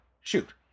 shoot